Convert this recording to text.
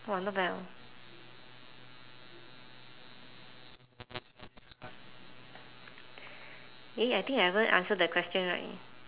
!wah! not bad orh eh I think I haven't answer the question right